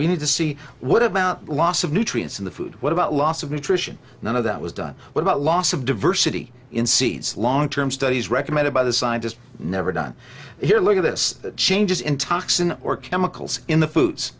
we need to see what about the loss of nutrients in the food what about loss of nutrition none of that was done without loss of diversity in seeds long term studies recommended by the scientists never done here look at this changes in toxin or chemicals in the foods